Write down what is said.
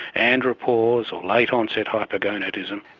andropause or late onset hypogonadism,